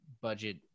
budget